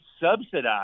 subsidized